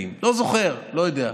לא זוכר, לא יודע.